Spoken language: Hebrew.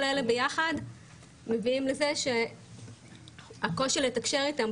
כל אלה ביחד מביאים לזה שהקושי לתקשר איתם,